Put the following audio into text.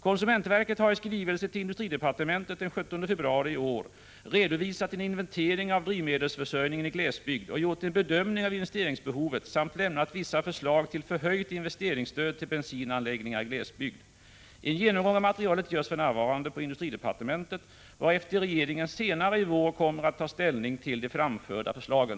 Konsumentverket har i skrivelse till industridepartementet den 17 februari i år redovisat en inventering av drivmedelsförsörjningen i glesbygd och gjort en bedömning av investeringsbehovet samt lämnat vissa förslag till förhöjt investeringsstöd till bensinanläggningar i glesbygd. En genomgång av materialet görs för närvarande på industridepartementet, varefter regeringen senare i vår kommer att ta ställning till de framförda förslagen.